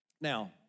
Now